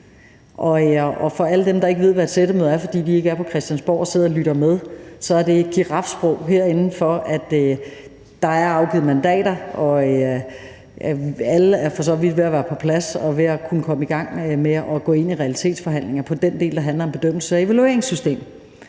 Og for alle dem, der ikke ved, hvad et sættemøde er, fordi de ikke er på Christiansborg, men sidder og lytter med, så er det girafsprog herinde for, at der er afgivet mandater, og at alle for så vidt er ved at være på plads og kan komme i gang med at gå i realitetsforhandlinger om den del, der handler om bedømmelse af evalueringssystemet.